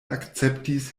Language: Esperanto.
akceptis